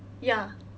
ya